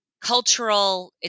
cultural